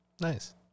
nice